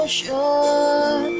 sure